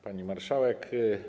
Pani Marszałek!